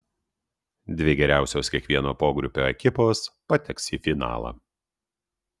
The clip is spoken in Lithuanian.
dvi geriausios kiekvieno pogrupio ekipos pateks į finalą